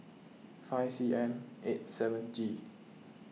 five C M eight seven G